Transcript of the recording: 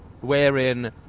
wherein